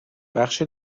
بخش